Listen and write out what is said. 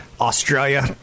australia